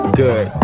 good